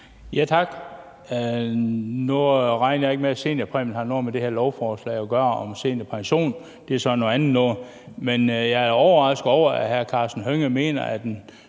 Tak. Nu regner jeg ikke med, at seniorpension sådan har noget med det her lovforslag at gøre – det er så noget andet. Men jeg er overrasket over, at hr. Karsten Hønge mener, at en